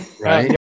right